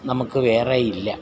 നമുക്ക് വേറെയില്ല